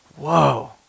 Whoa